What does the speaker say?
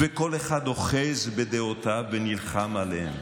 וכל אחד אוחז בדעותיו ונלחם עליהן.